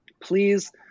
please